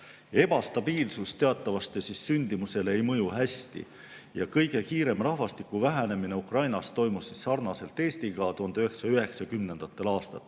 Ebastabiilsus teatavasti sündimusele ei mõju hästi. Kõige kiirem rahvastiku vähenemine Ukrainas toimus sarnaselt Eestiga 1990. aastatel.